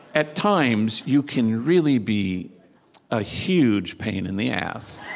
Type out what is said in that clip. at times, you can really be a huge pain in the ass.